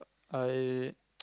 I